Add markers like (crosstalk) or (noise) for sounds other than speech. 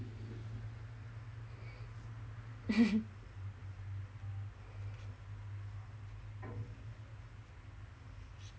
(laughs)